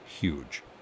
huge